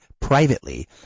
privately